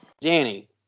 Danny